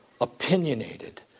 opinionated